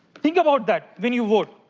think about that when you vote.